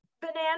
banana